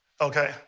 Okay